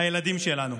הילדים שלנו.